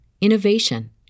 innovation